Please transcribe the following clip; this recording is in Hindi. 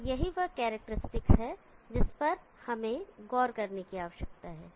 तो यही वह करैक्टेरिस्टिक्स है जिस पर हमें गौर करने की आवश्यकता है